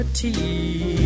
tea